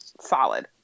solid